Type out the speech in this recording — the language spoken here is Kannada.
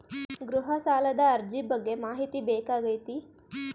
ಗೃಹ ಸಾಲದ ಅರ್ಜಿ ಬಗ್ಗೆ ಮಾಹಿತಿ ಬೇಕಾಗೈತಿ?